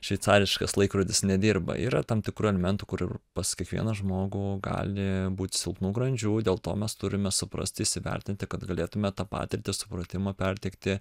šveicariškas laikrodis nedirba yra tam tikrų elementų kur pas kiekvieną žmogų gali būt silpnų grandžių dėl to mes turime suprasti įsivertinti kad galėtume tą patirtį supratimą perteikti